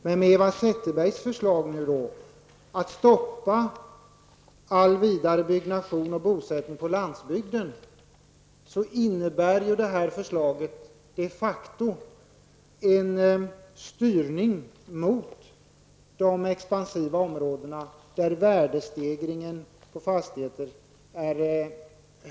Men Eva Zetterbergs förslag, att stoppa all vidare byggnation och bosättning på landsbygden, innebär de facto en styrning mot de expansiva områdena, där värdestegringen på fastigheter är högst.